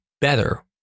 better